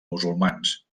musulmans